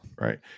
Right